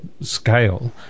scale